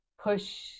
push